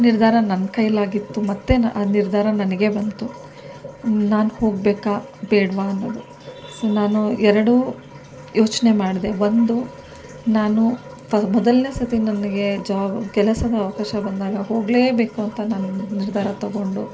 ನಿರ್ಧಾರ ನನ್ನ ಕೈಲಾಗಿತ್ತು ಮತ್ತು ಆ ನಿರ್ಧಾರ ನನಗೆ ಬಂತು ನಾನು ಹೋಗಬೇಕಾ ಬೇಡವಾ ಅನ್ನೋದು ಸೊ ನಾನು ಎರಡೂ ಯೋಚನೆ ಮಾಡಿದೆ ಒಂದು ನಾನು ಮೊದಲನೇ ಸರ್ತಿ ನನಗೆ ಜಾಬ್ ಕೆಲಸದ ಅವಕಾಶ ಬಂದಾಗ ಹೋಗಲೇಬೇಕು ಅಂತ ನಾನು ನಿರ್ಧಾರ ತೊಗೊಂಡು